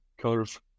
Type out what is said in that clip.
curve